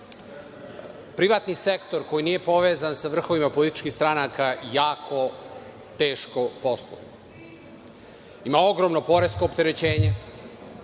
Privatni sektor koji nije povezan sa vrhovima političkih stranaka jako teško posluje, ima ogromno poresko opterećenje,